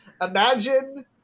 Imagine